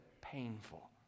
painful